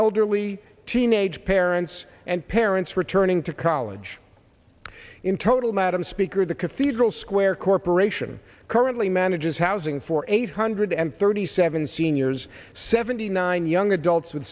elderly teenage parents and parents returning to college in total madam speaker the cathedral square corporation currently manages housing for eight hundred and thirty seven seniors seventy nine young adults with